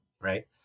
Right